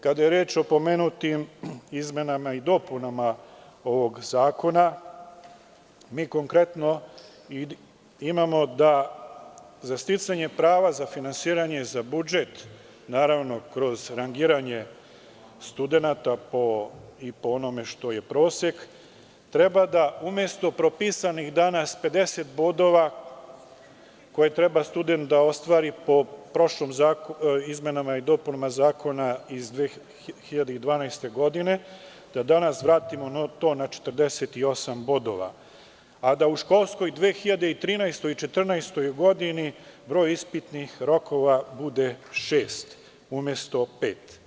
Kada je reč o pomenutim izmenama i dopunama ovog zakona, mi konkretno imamo da za sticanje prava za finansiranje za budžet, naravno kroz rangiranje studenata i po onome što je prosek, treba da, umesto propisanih danas 50 bodova, koje treba student da ostvari po izmenama i dopunama zakona iz 2012. godine, danas vratimo to na 48 bodova, a da u školskoj 2013. i 2014. godini broj ispitnih rokova bude šest, umesto pet.